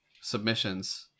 submissions